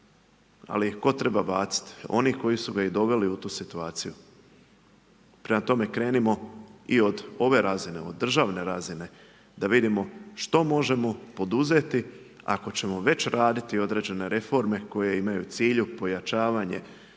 ali tko treba baciti? Oni koji su ga doveli u tu situaciju, prema tome krenimo i od ove razine, državne razine, da vidimo što možemo poduzeti, ako ćemo već raditi određene reforme, koje imaju u cilju povećavanja